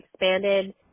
expanded